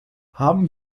haben